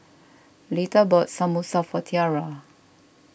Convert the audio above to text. Lita bought Samosa for Tiarra